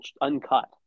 uncut